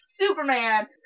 Superman